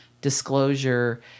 disclosure